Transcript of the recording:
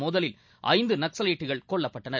மோதலில் ஐந்து நக்சலைட்டுகள் கொல்லப்பட்டனர்